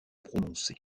prononcés